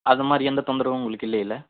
அதுமாதிரி எந்த தொந்தரவும் உங்களுக்கு இல்லைல